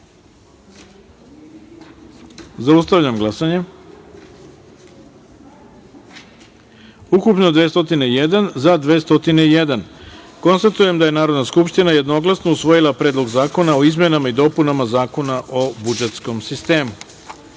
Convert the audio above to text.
jedinici. Zaustavljam glasanje: ukupno – 201, za – 201.Konstatujem da je Narodna skupština jednoglasno usvojila Predlog zakona o izmenama i dopunama Zakona o budžetskom sistemu. Četvrta